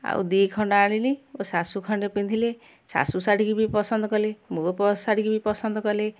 ଆଉ ଦୁଇ ଖଣ୍ଡ ଆଣିଲି ମୋ ଶାଶୁ ଖଣ୍ଡେ ପିନ୍ଧିଲେ ଶାଶୁ ଶାଢ଼ୀ କି ବି ପସନ୍ଦ କଲେ ମୋ ପ ଶାଢ଼ୀ କି ବି ପସନ୍ଦ କଲେ